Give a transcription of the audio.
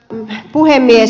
arvoisa puhemies